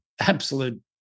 absolute